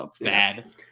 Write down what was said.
bad